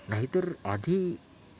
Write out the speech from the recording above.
नाहीतर आधी